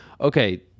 okay